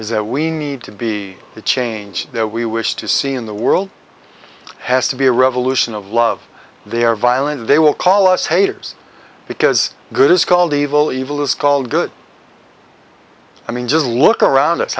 is that we need to be the change that we wish to see in the world has to be a revolution of love they are violent they will call us haters because good is called evil evil is called good i mean just look around us